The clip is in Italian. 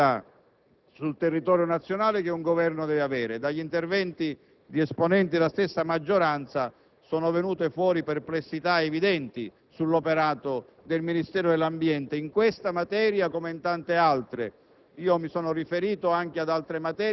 abbracciare l'intera responsabilità sul territorio nazionale che un Governo deve avere. Dagli interventi di esponenti della stessa maggioranza sono emerse perplessità evidenti sull'operato del Ministero dell'ambiente in questa materia come in tante altre.